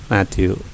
Matthew